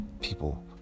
people